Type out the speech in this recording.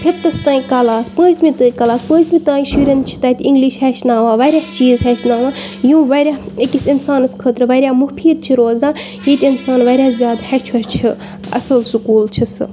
فِفتَس تانۍ کَلاس پٲنٛژمہِ تانۍ کَلاس پٲنٛژمہِ تانۍ شُرٮ۪ن چھِ تَتہِ اِنٛگلِش ہیٚچھناوان واریاہ چیٖز ہیٚچھناوان یِم واریاہ أکِس اِنسانَس خٲطرٕ واریاہ مُفیٖد چھِ روزان ییٚتہِ اِنسان واریاہ زیادٕ ہیچھان چھِ اَصٕل سکوٗل چھِ سُہ